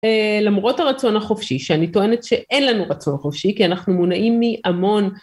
למרות הרצון החופשי שאני טוענת שאין לנו רצון חופשי כי אנחנו מונעים מהמון